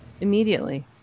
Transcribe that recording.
Immediately